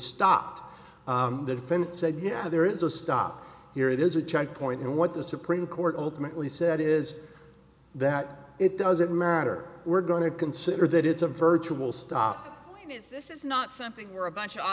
stopped the defendant said yeah there is a stop here it is a checkpoint and what the supreme court ultimately said is that it doesn't matter we're going to consider that it's a virtual stop this is not something you're a bunch